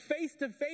face-to-face